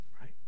Right